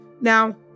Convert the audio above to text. Now